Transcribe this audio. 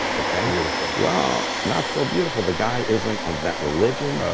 okay? beautiful well, not so beautiful. the guy isn't of that religion,